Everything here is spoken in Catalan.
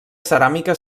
ceràmica